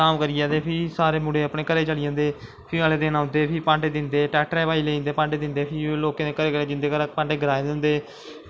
धाम करियै ते फ्ही सारे मुड़े घरे गी चली जंदे फ्ही अगले दिन औंदे भांडे दिखदे ट्रैक्टर पाई लेई जंदे भांडे दिंदे लोकें दे घरे घरें जिंदै घरे दा भांडे गराहे दे होंदे